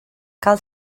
cal